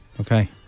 Okay